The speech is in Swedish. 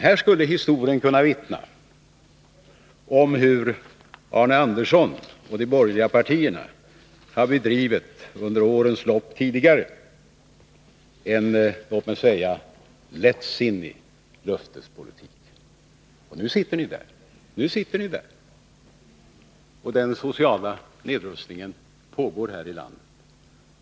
Här skulle historien kunna vittna om hur de borgerliga partierna under årens lopp har bedrivit en lättsinnig löftespolitik. Men nu sitter ni där, och den sociala nedrustningen pågår här i landet.